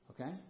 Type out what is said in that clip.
Okay